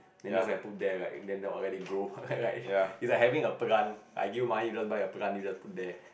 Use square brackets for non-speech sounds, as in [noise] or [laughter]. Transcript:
then just like put there right and then they will let it grow [laughs] like is like having a plant I give you money you just buy a plant you just put there